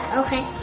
okay